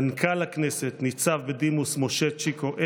מנכ"ל הכנסת ניצב בדימוס משה צ'יקו אדרי,